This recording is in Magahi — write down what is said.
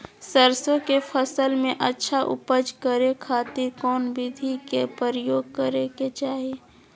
सरसों के फसल में अच्छा उपज करे खातिर कौन विधि के प्रयोग करे के चाही?